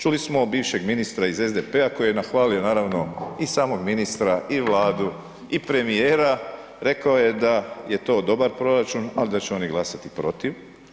Čuli smo od bivšeg ministra iz SDP-a koji je nahvalio naravno i samog ministra i Vladu i premijera, rekao je da je to dobar proračun, ali da će oni glasati protiv.